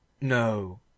No